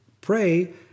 pray